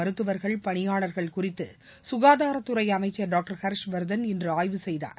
மருத்துவர்கள் பணியாளர்கள் குறித்துககாதாரத்துறைஅமைச்சர் டாக்டர் ஹர்ஷ்வர்தன் இன்றுஆய்வு செய்தார்